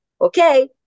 Okay